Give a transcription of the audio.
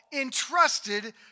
entrusted